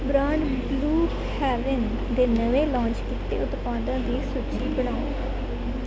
brand blue haven ਦੇ ਨਵੇਂ launch ਕੀਤੇ ਉਤਪਾਦਾਂ ਦੀ ਸੂਚੀ ਬਣਾਓ